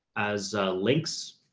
as links,